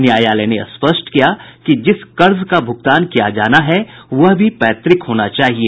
न्यायालय ने स्पष्ट किया कि जिस कर्ज का भुगतान किया जाना है वह भी पैतृक होना चाहिये